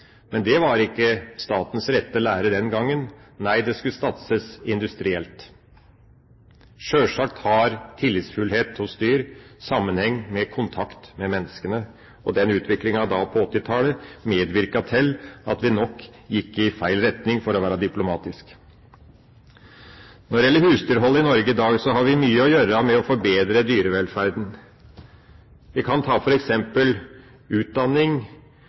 Men det var ikke statens rette lære den gang. Nei, det skulle satses industrielt. Sjølsagt har tillitsfullhet hos dyr sammenheng med kontakt med menneskene, og utviklingen på 1980-tallet medvirket til at vi nok gikk i feil retning, for å være diplomatisk. Når det gjelder husdyrhold i Norge i dag, har vi mye å gjøre med å forbedre dyrevelferden. Vi kan ta f.eks. utdanning